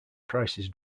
prices